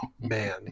man